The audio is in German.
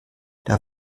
der